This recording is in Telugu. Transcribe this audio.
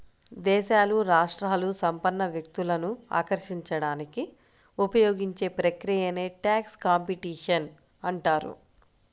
దేశాలు, రాష్ట్రాలు సంపన్న వ్యక్తులను ఆకర్షించడానికి ఉపయోగించే ప్రక్రియనే ట్యాక్స్ కాంపిటీషన్ అంటారు